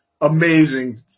amazing